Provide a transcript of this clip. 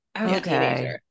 okay